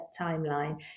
timeline